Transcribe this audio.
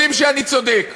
יודעים שאני צודק.